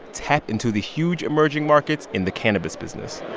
tap into the huge emerging markets in the cannabis business.